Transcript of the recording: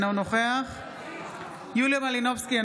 אינו נוכח יוליה מלינובסקי,